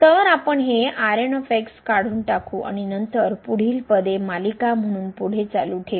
तर आपण हे काढून टाकू आणि नंतर पुढील पदे मालिका म्हणून पुढे चालू ठेवू